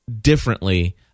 differently